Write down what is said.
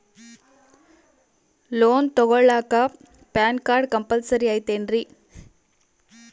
Loan ತೊಗೊಳ್ಳಾಕ PAN card compulsory ಐಯ್ತೇನ್ರಿ?